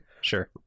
Sure